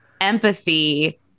empathy